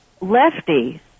Lefty